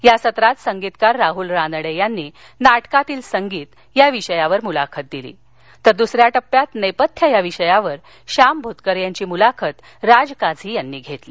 या सत्रात संगीतकार राहुल रानडे यांनी नाटकातील संगीत या विषयावर मुलाखत दिली तर दुसऱ्या टप्प्यात नेपथ्य या विषयावर शाम भुतकर यांची मुलाखत राज काझी यांनी घेतली